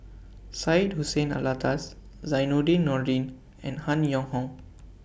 Syed Hussein Alatas Zainudin Nordin and Han Yong Hong